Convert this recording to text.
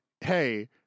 hey